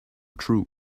true